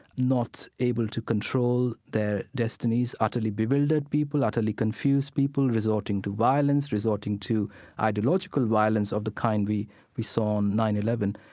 not able to control their destinies, utterly bewildered people, utterly confused people, resorting to violence, resorting to ideological violence of the kind we we saw on nine zero and